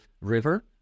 River